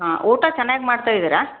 ಹಾಂ ಊಟ ಚೆನ್ನಾಗಿ ಮಾಡ್ತಾ ಇದ್ದೀರಾ